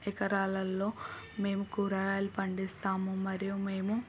ఎకరాలల్లో మేము కూరగాయలు పండిస్తాము మరియు మేము